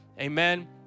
Amen